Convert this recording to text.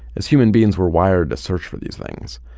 as human beings, we're wired to search for these things.